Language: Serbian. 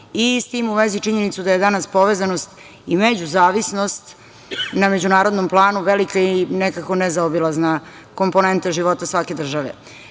i s tim u vezi činjenicu da je danas povezanost i međuzavisnost na međunarodnom planu velika je i nekako nezaobilazna komponenta života svake države. Ja